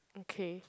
okay